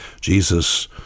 Jesus